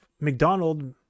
McDonald